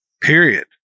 period